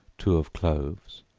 two of cloves,